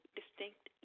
distinct